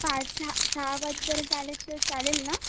पाच सहा सहा वाजेपर्यंत आले तर चालेल ना